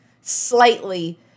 slightly